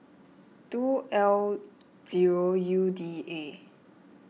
two L zero U D A